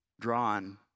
drawn